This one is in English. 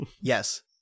Yes